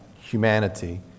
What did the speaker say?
humanity